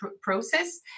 process